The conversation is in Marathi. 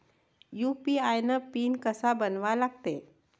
यू.पी.आय पिन कसा बनवा लागते?